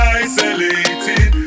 isolated